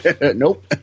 Nope